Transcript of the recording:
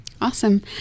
Awesome